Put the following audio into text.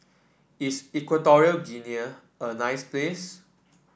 is Equatorial Guinea a nice place